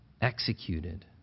executed